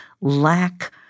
lack